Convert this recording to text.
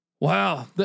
Wow